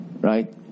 Right